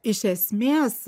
iš esmės